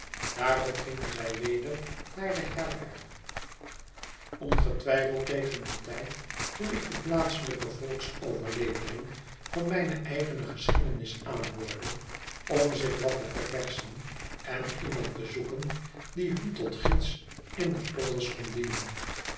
daarop gingen zij weder naar de herberg ongetwijfeld tegen dien tijd toen ik de plaatselijke volksoverlevering van mijne eigene geschiedenis aanhoorde omzichwatteververschen en iemand te zoeken die hun tot gids in de polders kon dienen